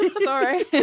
Sorry